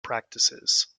practices